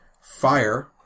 Fire